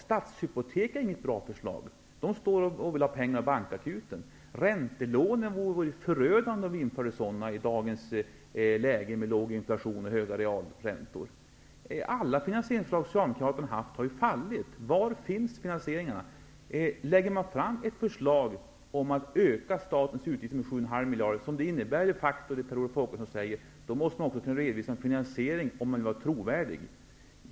Stadshypotek är inget bra förslag. De vill ha pengar av bankakuten. Att införa räntelån vore förödande i dagens läge med låg inflation och höga realräntor. Alla finansieringsförslag som Socialdemokraterna har lagt fram har ju fallit. Var finns finansieringen? Lägger man fram ett förslag om att öka statens utgifter med 7,5 miljarder, som det Per Olof Håkansson säger de facto innebär, måste man också kunna redovisa en finansiering om man vill vara trovärdig.